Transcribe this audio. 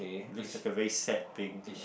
looks like a very sad pink